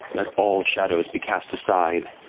let all shadows be cast aside.